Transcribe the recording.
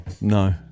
No